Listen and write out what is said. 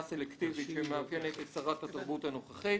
הסלקטיבית שמאפיינת את שרת התרבות הנוכחית.